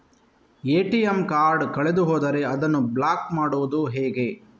ATM card ಕಳೆದು ಹೋದರೆ ಅದನ್ನು ಬ್ಲಾಕ್ ಮಾಡುವುದು ಹೇಗೆ?